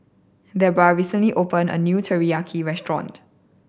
Debra recently opened a new Teriyaki Restaurant